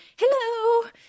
Hello